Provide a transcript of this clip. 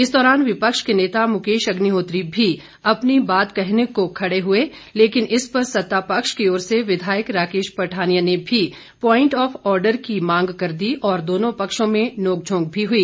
इस दौरान विपक्ष के नेता मुकेश अग्निहोत्री भी अपनी बात कहने को खड़े हुए लेकिन इस पर सत्ता पक्ष की ओर से विधायक राकेश पठानिया ने भी प्वाइंट ऑफ आर्डर की मांग कर दी और दोनों पक्षों में नोंकझोंक भी हुई